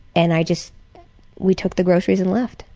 and i just we took the groceries and left.